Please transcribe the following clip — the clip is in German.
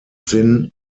zinn